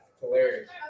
Hilarious